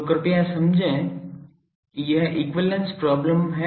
तो कृपया समझें कि यह इक्विवैलेन्स प्रॉब्लम है